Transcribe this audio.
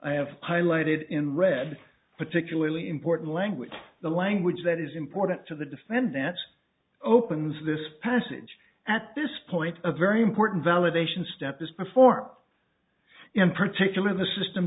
i have highlighted in red particularly important language the language that is important to the defendant's opens this passage at this point a very important validation step is performed in particular the system